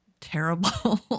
terrible